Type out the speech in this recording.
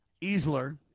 Easler